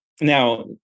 Now